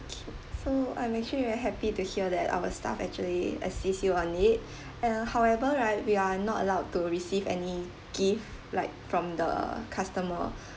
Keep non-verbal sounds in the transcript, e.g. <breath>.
okay so I'm actually very happy to hear that our staff actually assist you on it <breath> and however right we are not allowed to receive any gift like from the customer <breath>